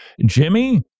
Jimmy